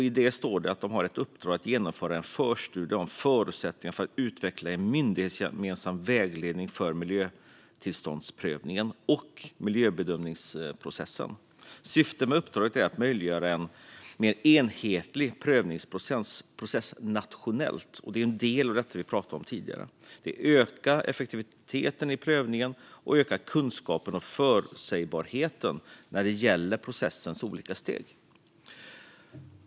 I det står det att de har i uppdrag att genomföra en förstudie om förutsättningar för att utveckla en myndighetsgemensam vägledning för miljötillståndsprövningen och miljöbedömningsprocessen. Syftet med uppdraget är att möjliggöra en mer enhetlig prövningsprocess nationellt - något som är en del av det vi pratade om tidigare - öka effektiviteten i prövningen samt öka kunskapen och förutsägbarheten när det gäller processens olika steg.